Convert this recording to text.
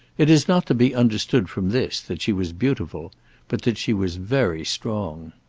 it is not to be understood from this that she was beautiful but that she was very strong.